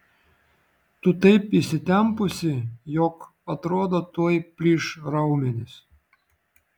tu taip įsitempusi jog atrodo tuoj plyš raumenys